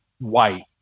white